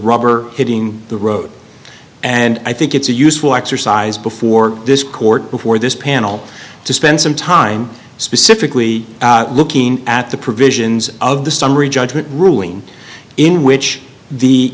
rubber hitting the road and i think it's a useful exercise before this court before this panel to spend some time specifically looking at the provisions of the summary judgment ruling in which the